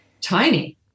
Tiny